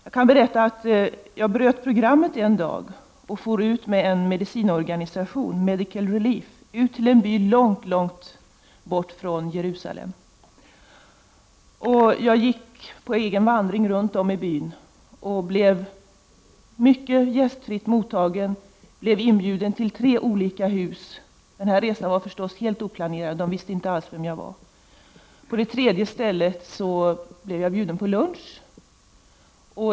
Jag kan berätta att jag en dag avvek från programmet och for ut med en sjukvårdsorganisation, Medical Relief, till en by långt ifrån Jerusalem. Jag gick på en egen vandring runt om i byn och blev mycket gästfritt mottagen. Jag blev inbjuden till tre hus i byn. Resan var helt oplanerad, och man visste inte alls vem jag var. På det tredje stället blev jag bjuden på lunch.